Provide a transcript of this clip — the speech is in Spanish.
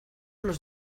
los